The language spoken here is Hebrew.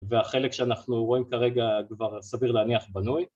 והחלק שאנחנו רואים כרגע כבר סביר להניח בנוי